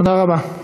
תודה רבה.